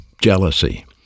jealousy